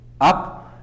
up